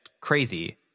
crazy